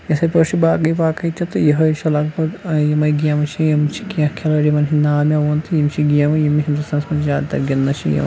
یِتھٕے پٲٹھۍ چھِ باقٕے باقٕے تہِ تہٕ یِہٕے چھِ لگ بگ یِمٕے گیمہٕ چھِ یِم چھِ کینٛہہ کھِلٲڑۍ یِمن ہِنٛدۍ ناو مےٚ وون تہٕ یِم چھِ گیمہٕ یِم ہِنٛدوستانَس منٛز چھِ زیادٕ تر گِنٛدنہٕ یِوان